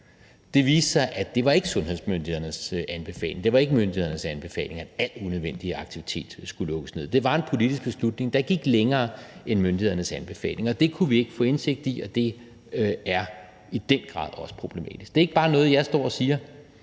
Det viste sig, at det ikke var sundhedsmyndighedernes anbefaling. Det var ikke myndighedernes anbefaling, at alt unødvendig aktivitet skulle lukkes ned. Det var en politisk beslutning, der gik længere end myndighedernes anbefalinger. Det kunne vi ikke få indsigt i, og det er i den grad også problematisk. Det er ikke noget, jeg bare står og siger.